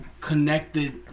connected